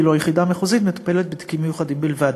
ואילו היחידה המחוזית מטפלת בתיקים מיוחדים בלבד.